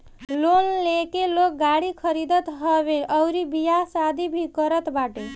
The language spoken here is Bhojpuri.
लोन लेके लोग गाड़ी खरीदत हवे अउरी बियाह शादी भी करत बाटे